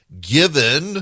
given